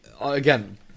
again